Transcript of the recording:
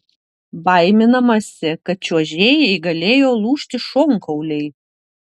baiminamasi kad čiuožėjai galėjo lūžti šonkauliai